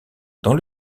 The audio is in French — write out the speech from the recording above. dans